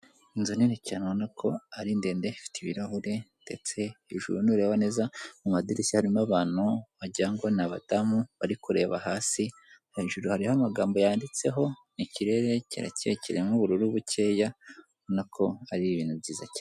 Inzu nini cyane ubona ko ari ndende, ifite ibirahuri ndetse hejuru nureba neza mu madirishya harimo abantu wagira ngo ni abadamu bari kureba hasi, hejuru hariho amagambo yanditseho, ikirere kirakeye kirimo ubururu bukeya , ubona ko ari ibintu byiza cyane.